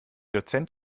dozent